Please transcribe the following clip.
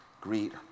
Greet